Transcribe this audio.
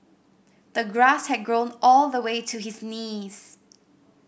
the grass had grown all the way to his knees